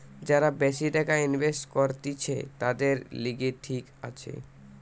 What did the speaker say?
যারা বেশি টাকা ইনভেস্ট করতিছে, তাদের লিগে ঠিক আছে